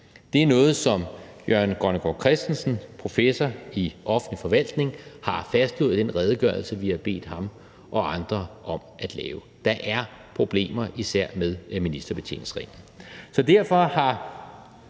Det er noget, som Jørgen Grønnegård Christensen, professor i offentlig forvaltning, har fastslået i den redegørelse, vi har bedt ham og andre om at lave. Der er problemer, især med ministerbetjeningsreglen.